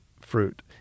fruit